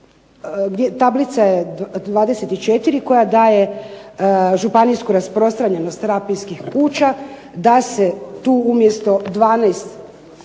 tablica je 24 koja daje županijsku rasprostranjenost terapijskih kuća, da se tu umjesto 12,